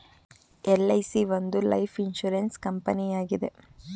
LIC ಒಂದು life insurance ಕಂಪನಿಯಾಗಿದೆ